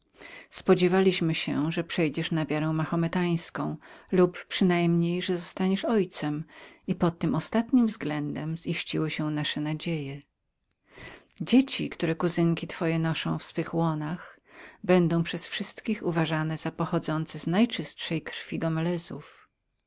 spodziewaliśmy się że przejdziesz na wiarę mahometańską lub przynajmniej że zostaniesz ojcem i pod tym ostatnim względem ziściły się nasze nadzieje dzieci które kuzynki twoje noszą w swych łonach będą od wszystkich uważanemi jako pochodzące z najczystszej krwi